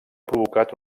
provocat